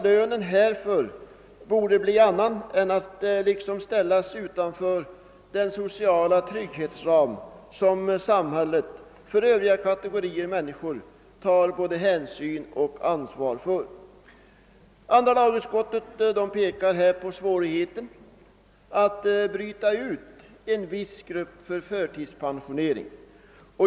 Lönen härför borde ha blivit annan än att de liksom ställs utanför den sociala trygghetsram som gäller för övriga kategorier människor vilka samhället tar både hänsyn till och ansvar för. Andra lagutskottet pekar på svårigheterna att bryta ut en viss grupp för förtidspensionering.